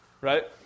right